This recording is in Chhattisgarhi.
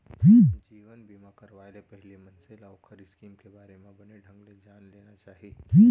जीवन बीमा करवाय ले पहिली मनसे ल ओखर स्कीम के बारे म बने ढंग ले जान लेना चाही